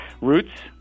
roots